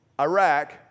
Iraq